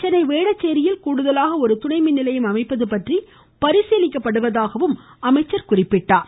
சென்னை வேளச்சேரியில் கூடுதலாக ஒரு துணை மின் நிலையம் அமைப்பது பற்றி பரிசீலிக்கப்படுவதாகவும் அமைச்சர் குறிப்பிட்டார்